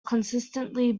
consistently